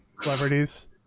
celebrities